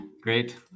great